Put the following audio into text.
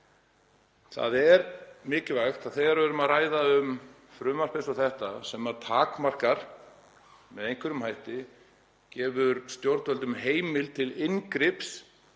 Það er mikilvægt að hafa í huga þegar við erum að ræða um frumvarp eins og þetta sem takmarkar með einhverjum hætti, gefur stjórnvöldum heimild til inngrips